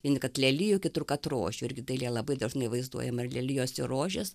vieni kad lelijų kitur kad rožių irgi dailėj labai dažnai vaizduojama ir lelijos ir rožės